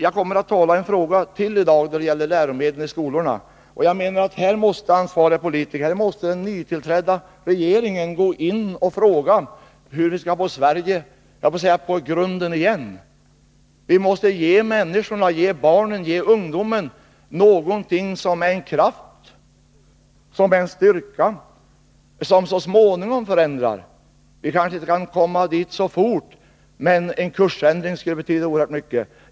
Jag kommer att tala i en annan fråga i dag som gäller läromedel i skolorna, och jag menar att även här måste ansvariga politiker och den nytillträdda regeringen gå in och undersöka hur vi skall få Sverige på dess grund igen. Vi måste ge människorna, barnen och ungdomen, något som är en kraft och en styrka och som så småningom förändrar. Vi kanske inte kan nå det målet så fort, men en kursändring skulle betyda oerhört mycket.